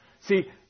See